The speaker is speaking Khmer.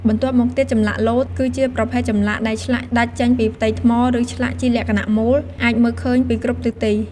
បន្ទាប់់មកទៀត ចម្លាក់លោត គឺជាប្រភេទចម្លាក់ដែល ឆ្លាក់ដាច់ចេញពីផ្ទៃថ្ម ឬឆ្លាក់ជាលក្ខណៈមូល អាចមើលឃើញពីគ្រប់ទិសទី។